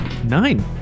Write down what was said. Nine